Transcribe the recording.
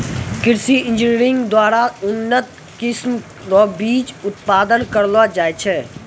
कृषि इंजीनियरिंग द्वारा उन्नत किस्म रो बीज उत्पादन करलो जाय छै